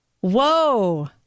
Whoa